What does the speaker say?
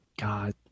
God